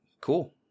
cool